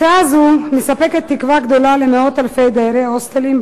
הצעה זו מספקת תקווה גדולה למאות אלפי דיירי הוסטלים,